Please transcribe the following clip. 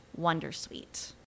wondersuite